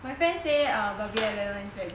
my friend say like barbie eyesland [one] is very good